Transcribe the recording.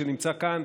שנמצא כאן,